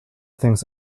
things